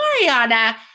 Mariana